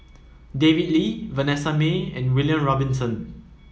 David Lee Vanessa Mae and William Robinson